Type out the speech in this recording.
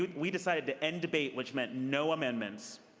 we decided to end debate, which meant no amendments.